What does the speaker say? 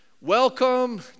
welcome